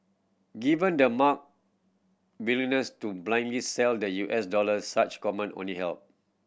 given the mark willingness to blindly sell the U S dollars such comment only help